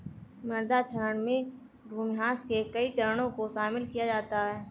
मृदा क्षरण में भूमिह्रास के कई चरणों को शामिल किया जाता है